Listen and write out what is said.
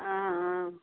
অঁ অঁ